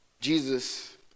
Jesus